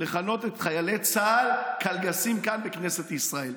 לכנות את חיילי צה"ל קלגסים כאן בכנסת ישראל.